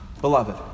beloved